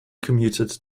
commuted